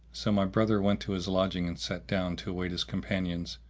so my brother went to his lodging and sat down to await his companions,